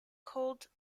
called